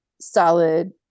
solid